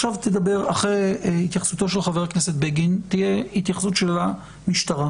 אחרי התייחסותו של חבר הכנסת בגין תהיה התייחסות של המשטרה.